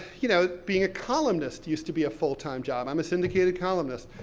you know, being a columnist used to be a full time job. i'm a syndicated columnist,